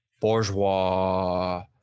bourgeois